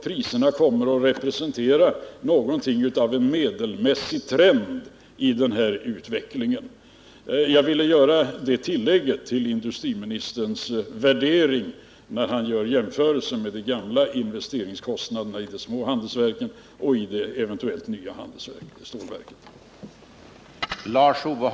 Priserna kommer att representera en genomsnittlig trend i den här utvecklingen. — Jag har velat göra detta tillägg till industriministerns värdering när han jämförde de gamla investeringskostnaderna i de små handelsstålverken med investeringskostnaderna i de eventuella nya stålverken.